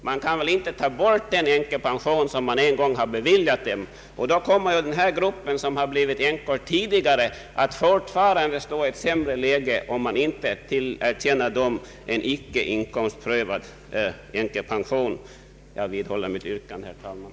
Man kan väl inte ta bort en pension som man en gång har beviljat, och den grupp som blivit änkor tidigare kommer då fortfarande att befinna sig i ett sämre läge, om man inte tillerkänner dem en icke inkomstprövad änkepension. Jag vidhåller mitt yrkande, herr talman.